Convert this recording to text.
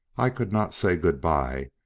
i could not say good-bye,